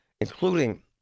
including